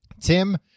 Tim